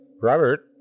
Robert